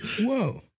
Whoa